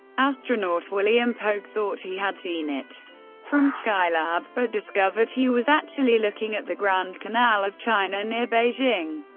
astronaut william pogue thought he had seen it from skylab, but discovered he was actually looking at the grand canal of china near beijing.